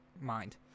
mind